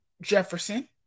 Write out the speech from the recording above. Jefferson